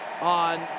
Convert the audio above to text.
on